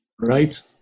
right